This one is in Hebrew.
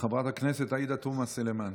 חברת הכנסת עאידה תומא סלימאן.